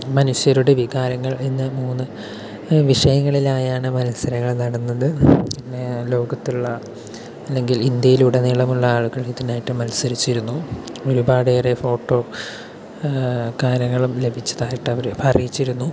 മനുഷ്യരുടെ വികാരങ്ങൾ എന്ന് മൂന്ന് വിഷയങ്ങളിലായാണ് മത്സരങ്ങൾ നടന്നത് പിന്നെ ലോകത്തുള്ള അല്ലെങ്കിൽ ഇന്ത്യയിൽ ഉടനീളമുള്ള ആളുകൾ ഇതിനായിട്ട് മത്സരിച്ചിരുന്നു ഒരുപാട് ഏറെ ഫോട്ടോ കാരങ്ങളും ലഭിച്ചതായിട്ട് അവര് അറിയിച്ചിരുന്നു